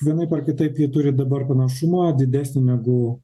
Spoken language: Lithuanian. vienaip ar kitaip ji turi dabar pranašumą didesnį negu